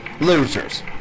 losers